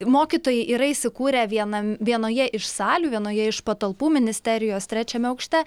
mokytojai yra įsikūrę vienam vienoje iš salių vienoje iš patalpų ministerijos trečiame aukšte